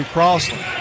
Crossley